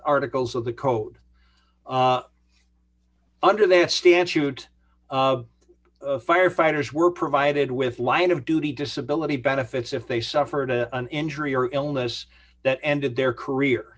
articles of the code under their stance shoot firefighters were provided with line of duty disability benefits if they suffered a an injury or illness that ended their career